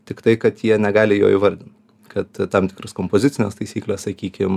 tiktai kad jie negali jo įvardinti kad tam tikros kompozicinės taisyklės sakykim